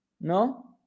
no